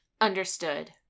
Understood